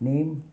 name